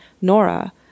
Nora